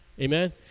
Amen